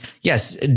yes